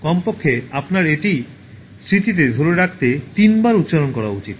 কমপক্ষে আপনার এটি স্মৃতিতে ধরে রাখতে তিনবার উচ্চারণ করা উচিত